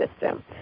system